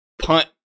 punt